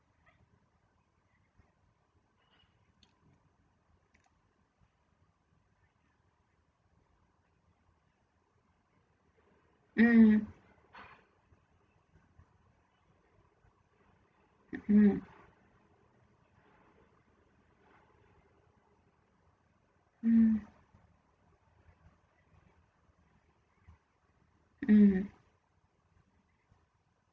mm mm mm mm